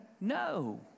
no